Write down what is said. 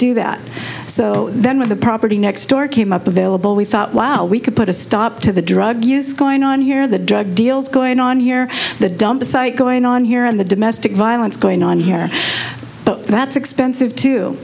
do that so then when the property next door came up available we thought wow we could put a stop to the drug use going on here the drug deals going on here the dumpsite going on here and the domestic violence going on here but that's expensive too